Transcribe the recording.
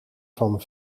van